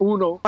Uno